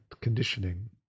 conditioning